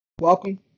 Welcome